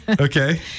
Okay